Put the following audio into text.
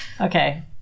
Okay